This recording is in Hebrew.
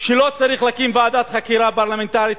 שלא צריך להקים ועדת חקירה פרלמנטרית,